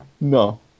No